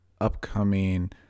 upcoming